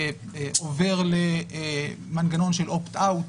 עובר מנגנון של "אופט-אאוט".